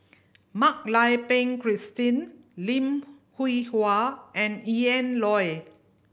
Mak Lai Peng Christine Lim Hwee Hua and Ian Loy